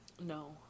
No